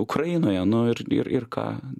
ukrainoje nu ir ir ką